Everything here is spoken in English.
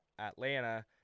Atlanta